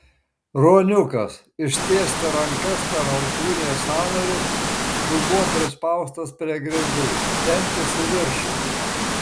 ruoniukas ištiesti rankas per alkūnės sąnarius dubuo prispaustas prie grindų temptis į viršų